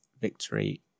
victory